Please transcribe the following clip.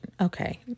Okay